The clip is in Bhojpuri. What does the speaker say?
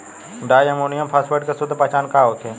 डाइ अमोनियम फास्फेट के शुद्ध पहचान का होखे?